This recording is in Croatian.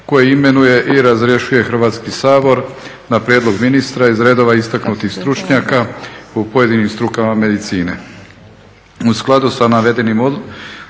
koje imenuje i razrješuje Hrvatski sabor na prijedlog ministra iz redova istaknutih stručnjaka u pojedinim strukama medicine.